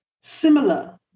similar